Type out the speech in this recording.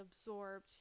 absorbed